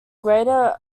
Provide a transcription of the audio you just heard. greater